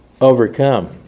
overcome